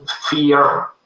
fear